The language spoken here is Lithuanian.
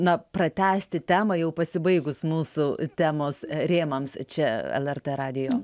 na pratęsti temą jau pasibaigus mūsų temos rėmams čia lrt radijo